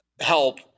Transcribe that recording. help